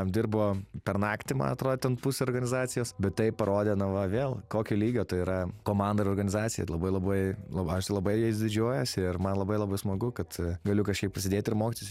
apdirbo per naktį man atrodo ten pusė organizacijos bet tai parodė nava vėl kokio lygio tai yra komanda ir organizacija labai labai aš labai jais didžiuojasi ir man labai labai smagu kad galiu kažkiek prisidėti ir mokytis